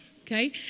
Okay